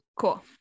Cool